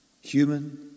human